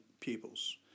pupils